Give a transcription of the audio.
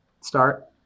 start